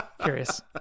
curious